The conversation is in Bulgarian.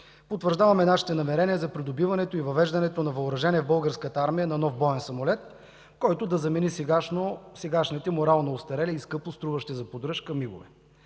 Потвърждаваме нашите намерения за придобиването и въвеждането на въоръжение в българската армия на нов боен самолет, който да замени сегашните морално остарели и скъпоструващи за поддръжка Миг-ове.